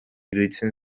iruditzen